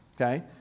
okay